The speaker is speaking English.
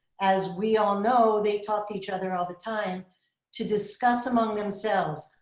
as we all know, they talk to each other all the time to discuss among themselves.